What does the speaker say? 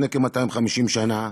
לפני כ-250 שנה,